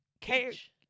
Cage